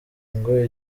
ngo